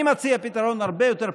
אני מציע פתרון הרבה יותר פשוט.